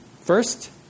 First